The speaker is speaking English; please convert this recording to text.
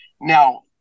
Now